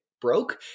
broke